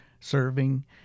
serving